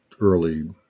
early